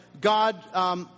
God